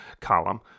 column